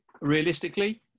Realistically